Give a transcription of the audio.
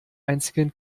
einzigen